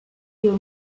your